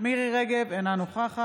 מירי מרים רגב, אינה נוכחת